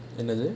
என்னது:ennathu